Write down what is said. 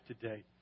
today